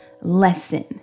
lesson